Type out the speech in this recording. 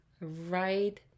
right